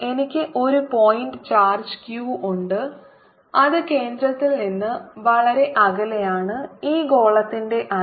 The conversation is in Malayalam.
എനിക്ക് ഒരു പോയിന്റ് ചാർജ് q ഉണ്ട് അത് കേന്ദ്രത്തിൽ നിന്ന് വളരെ അകലെയാണ് ഈ ഗോളത്തിന്റെ ആരം